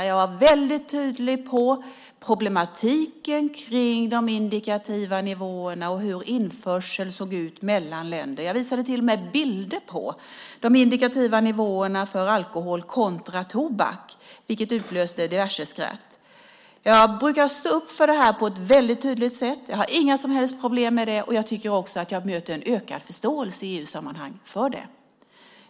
Jag var väldigt tydlig med problematiken kring de indikativa nivåerna och hur införseln ser ut mellan länder. Jag visade till och med bilder på de indikativa nivåerna för alkohol kontra tobak, vilket utlöste diverse skratt. Jag brukar stå upp för det här på ett väldigt tydligt sätt. Jag har inga som helst problem med det. Jag tycker också att jag möter en ökad förståelse i EU-sammanhang för det.